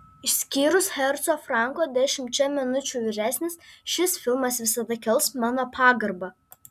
išskyrus herco franko dešimčia minučių vyresnis šis filmas visada kels mano pagarbą